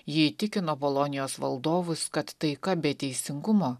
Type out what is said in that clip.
ji įtikino bolonijos valdovus kad taika be teisingumo